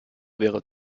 wäre